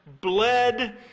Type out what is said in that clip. bled